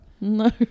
No